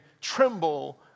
tremble